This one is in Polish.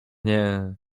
nie